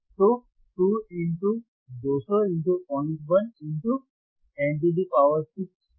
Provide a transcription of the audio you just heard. तो 2 200 01 10 6 क्योंकि यह माइक्रो फैराड है